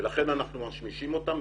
ולכן אנחנו משמישים אותם,